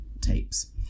tapes